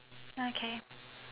okay